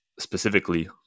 specifically